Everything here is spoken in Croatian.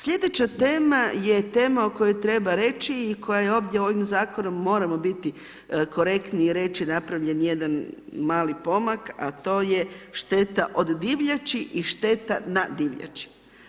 Sljedeća tema je tema o kojoj treba reći i koja je ovdje ovim zakonom moramo biti korektni i reći, napravljen jedan mali pomak, a to je šteta od divljači i šteta na divljači.